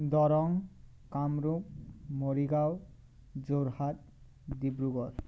Darrang Kamrup Morigaon Jorhat Dibrugarh